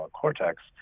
cortex